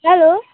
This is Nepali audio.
हेलो